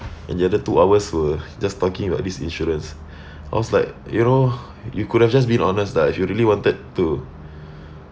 and the other two hours were just talking about this insurance I was like you know you could have just been honest lah if you really wanted to